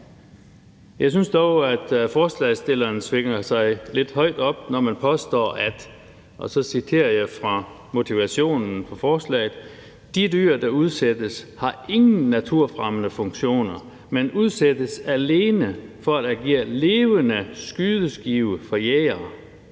Jeg synes dog, at forslagsstillerne svinger sig lidt højt op, når man påstår, og jeg citerer fra motivationen for forslaget: »De dyr, der udsættes, har ingen naturfremmende funktion, men udsættes alene for at agere levende skydeskiver for jægere.